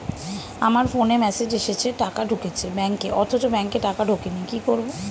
আমার ফোনে মেসেজ এসেছে টাকা ঢুকেছে ব্যাঙ্কে অথচ ব্যাংকে টাকা ঢোকেনি কি করবো?